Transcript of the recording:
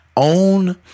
own